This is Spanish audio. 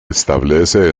establece